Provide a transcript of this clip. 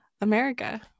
America